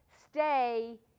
stay